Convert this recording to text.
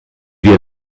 wir